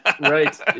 Right